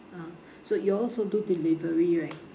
ah so you all also do delivery right